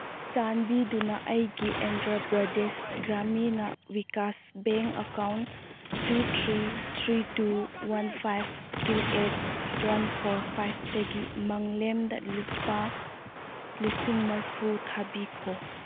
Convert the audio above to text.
ꯆꯥꯟꯕꯤꯗꯨꯅ ꯑꯩꯒꯤ Andhra Pradesh Grameena Vikas bank account two three three two one five two eight one four ꯐꯥꯏꯚꯇꯒꯤ ꯃꯪꯂꯦꯝꯗ ꯂꯨꯄꯥ ꯂꯤꯁꯤꯡ ꯃꯔꯐꯨ ꯊꯥꯕꯤꯈꯣ